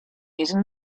using